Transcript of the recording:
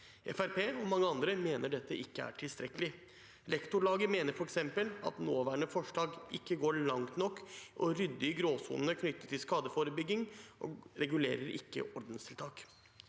og mange andre mener dette ikke er tilstrekkelig. Lektorlaget mener f.eks. at nåværende forslag ikke går langt nok i å rydde i gråsonene knyttet til skadeforebygging, og at det ikke regulerer ordenstiltak.